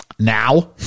now